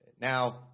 Now